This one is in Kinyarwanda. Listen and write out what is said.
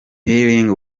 healing